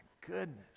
goodness